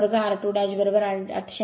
म्हणून r2 0